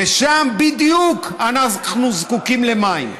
ושם בדיוק אנחנו זקוקים למים.